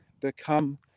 become